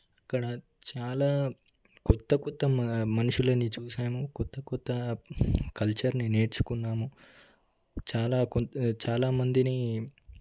అక్కడ చాలా కొత్త కొత్త మనుషులని చూసాను కొత్త కొత్త కల్చర్ని నేను నేర్చుకున్నాను చాలా కొ చాలా మందిని